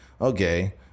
okay